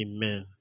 Amen